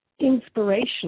Inspiration